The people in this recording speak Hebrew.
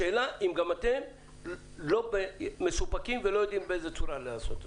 השאלה היא האם גם אתם מסופקים ולא יודעים באיזו צורה לעשות זאת.